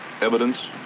evidence